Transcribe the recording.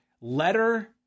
letter